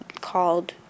called